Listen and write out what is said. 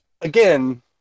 again